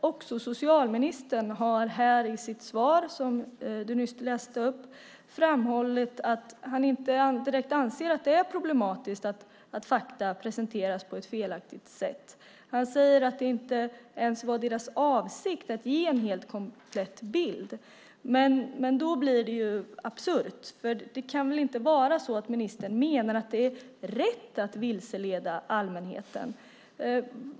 Också socialministern har här i sitt nyss upplästa svar framhållit att han inte direkt anser att det är problematiskt att fakta presenteras på ett felaktigt sätt. Han säger att det inte ens var deras avsikt att ge en helt komplett bild. Men då blir det absurt. Det kan väl inte vara så att ministern menar att det är rätt att vilseleda allmänheten?